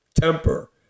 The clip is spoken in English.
temper